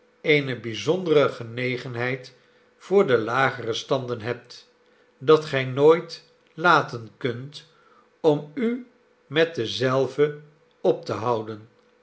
eene bijzondere genegenheid voor de lagere standen hebt dat gij nooit laten kunt om u met dezelve op te houden